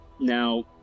Now